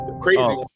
Crazy